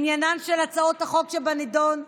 עניינן של הצעות החוק שבנדון,